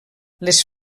les